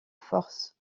force